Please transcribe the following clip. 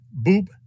Boop